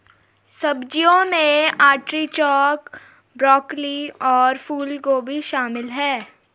सब्जियों में artichoke, broccoli और फूलगोभी शामिल है